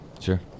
Sure